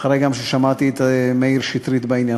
אחרי שמעתי את מאיר שטרית בעניין,